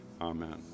amen